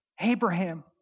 Abraham